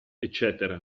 ecc